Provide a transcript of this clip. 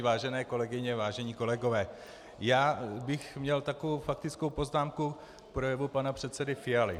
Vážené kolegyně, vážení kolegové, já bych měl takovou faktickou poznámku k projevu pana předsedy Fialy.